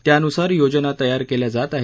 त्यानुसार योजना तयार केल्या जात आहेत